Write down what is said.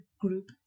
group